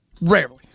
Rarely